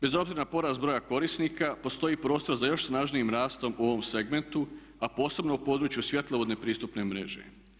Bez obzira na porast broja korisnika postoji prostor za još snažnijim rastom u ovom segmentu, a posebno u području svjetlovodne pristupne mreže.